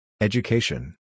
Education